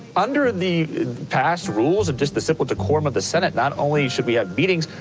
under the past rules of just the simple decorum of the senate, not only should we have meetings,